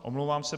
Omlouvám se.